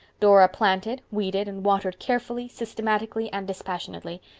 dora planted, weeded, and watered carefully, systematically, and dispassionately.